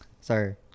sorry